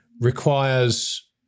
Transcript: requires